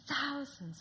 thousands